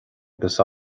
agus